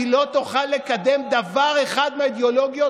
היא לא תוכל לקדם דבר אחד מהאידיאולוגיות